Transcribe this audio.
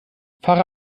fahre